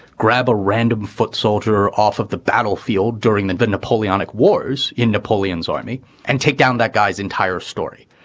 grab a random foot soldier off of the battlefield during the the napoleonic wars in napoleon's army and take down that guy's entire story.